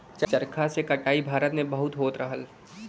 चरखा से कटाई भारत में बहुत होत रहल